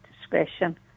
discretion